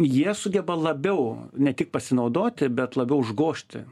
jie sugeba labiau ne tik pasinaudoti bet labiau užgožti